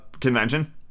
convention